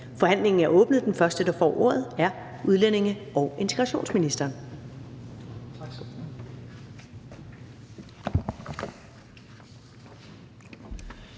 Forhandlingen er åbnet. Den første, der får ordet, er udlændinge- og integrationsministeren.